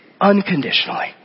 unconditionally